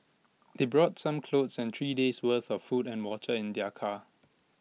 they brought some clothes and three days' worth of food and water in their car